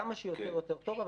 כמה שיותר יותר טוב,